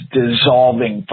dissolving